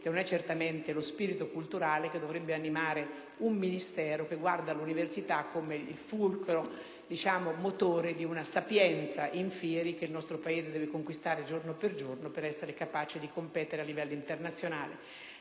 e non certo lo spirito culturale che dovrebbe animare un Ministero che guarda all'università come il fulcro ed il motore di una sapienza *in fieri*, che il nostro Paese deve conquistare giorno per giorno per essere capace di competere a livello internazionale.